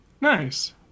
nice